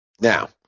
Now